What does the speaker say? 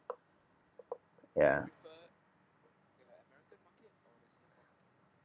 ya